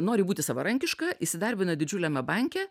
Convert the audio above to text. nori būti savarankiška įsidarbina didžiuliame banke